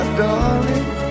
darling